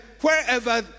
wherever